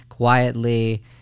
quietly